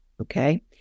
okay